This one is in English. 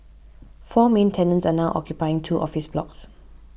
four main tenants are now occupying two office blocks